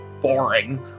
boring